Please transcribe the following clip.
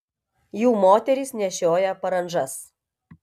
jų moterys nešioja parandžas